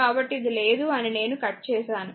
కాబట్టి ఇది లేదు అని నేను కట్ చేసాను